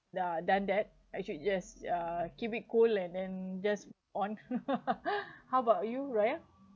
ya done that actually yes uh keep it cool and then just move on how about you raya